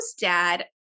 dad